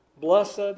Blessed